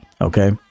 okay